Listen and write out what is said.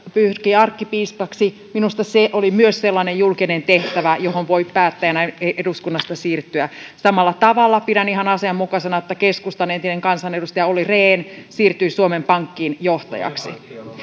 pyrki arkkipiispaksi minusta se oli sellainen julkinen tehtävä johon voi päättäjänä eduskunnasta siirtyä samalla tavalla pidän ihan asianmukaisena että keskustan entinen kansanedustaja olli rehn siirtyi suomen pankkiin johtajaksi